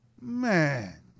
Man